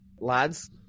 lads